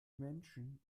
menschen